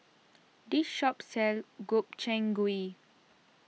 this shop sells Gobchang Gui